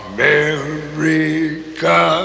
America